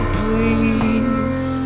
please